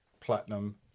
Platinum